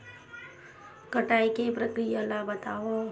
कटाई के प्रक्रिया ला बतावव?